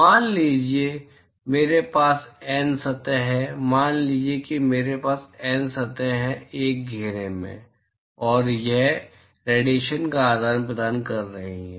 मान लीजिए मेरे पास एन सतह हैं मान लीजिए कि मेरे पास एन सतहें एक घेरे में हैं और यह रेडिएशन का आदान प्रदान कर रही है